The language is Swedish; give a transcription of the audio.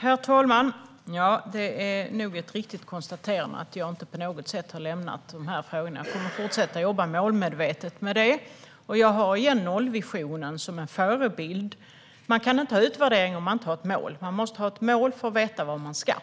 Herr talman! Det är nog ett riktigt konstaterande att jag inte på något sätt har lämnat dessa frågor. Jag kommer att fortsätta att jobba målmedvetet med det här. Jag har återigen nollvisionen som förebild. Man kan inte ha någon utvärdering om man inte har ett mål. Man måste ha ett mål för att veta vart man ska.